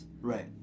Right